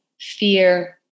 fear